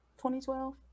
2012